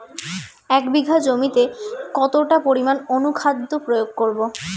এক বিঘা জমিতে কতটা পরিমাণ অনুখাদ্য প্রয়োগ করব?